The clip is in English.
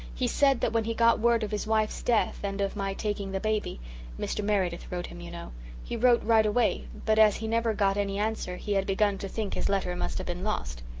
he said that when he got word of his wife's death and of my taking the baby mr. meredith wrote him, you know he wrote right away, but as he never got any answer he had begun to think his letter must have been lost.